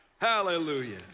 hallelujah